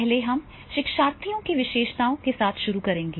पहले हम शिक्षार्थियों की विशेषताओं के साथ शुरू करेंगे